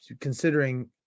Considering